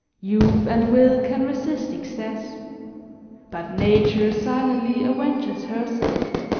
youth and will can resist excess but nature silently avenges herself,